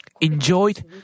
enjoyed